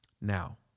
Now